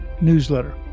newsletter